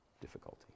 difficulty